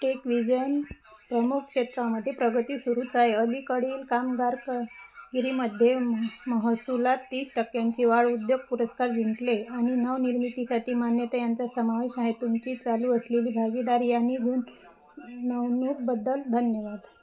TechVision प्रमुख क्षेत्रामध्ये प्रगती सुरूच आहे अलीकडील कामगार कगिरीमध्ये महसूलात तीस टक्क्यांची वाढ उद्योग पुरस्कार जिंकले आणि नवनिर्मितीसाठी मान्यता यांचा समावेश आहे तुमची चालू असलेली भागीदारी यांनी गुन नवणूकबद्दल धन्यवाद